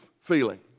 feeling